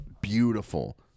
Beautiful